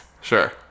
Sure